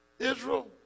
Israel